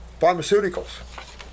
pharmaceuticals